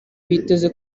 biteze